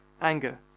anger